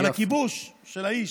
על הכיבוש של האיש.